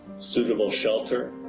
suitable shelter